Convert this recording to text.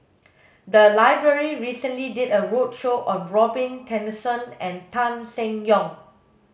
the library recently did a roadshow on Robin Tessensohn and Tan Seng Yong